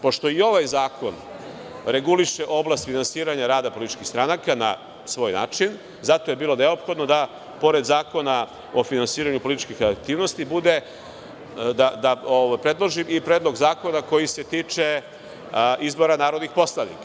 Pošto i ovaj zakon reguliše oblast finansiranja rada političkih stranaka na svoj način, zato je bilo neophodno da, pored Zakona o finansiranju političkih aktivnosti da predložim i predlog zakona koji se tiče izbora narodnih poslanika.